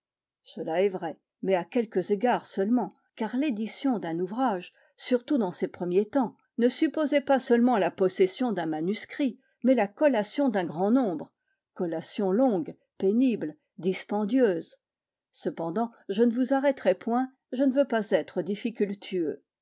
cela est vrai mais à quelques égards seulement car l'édition d'un ouvrage surtout dans ces premiers temps ne supposait pas seulement la possession d'un manuscrit mais la collation d'un grand nombre collation longue pénible dispendieuse cependant je ne vous arrêterai point je ne veux pas être